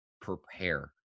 prepare